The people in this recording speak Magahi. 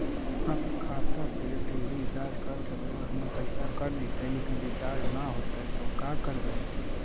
अगर खाता से टी.वी रिचार्ज कर देबै और हमर पैसा कट जितै लेकिन रिचार्ज न होतै तब का करबइ?